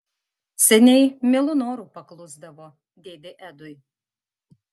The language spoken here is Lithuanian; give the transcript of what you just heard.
seniai mielu noru paklusdavo dėdei edui